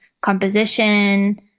composition